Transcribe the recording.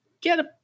get